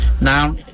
now